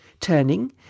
Turning